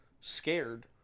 scared